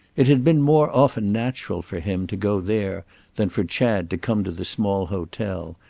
it had been more often natural for him to go there than for chad to come to the small hotel,